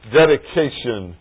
dedication